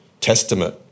Testament